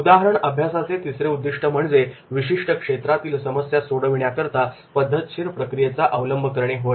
उदाहरण अभ्यासाचे तिसरे उद्दिष्ट म्हणजे विशिष्ट क्षेत्रातील समस्या सोडविण्याकरिता पद्धतशीर प्रक्रियेचा अवलंब करणे होय